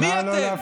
מי אתם?